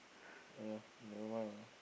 ya never mind ah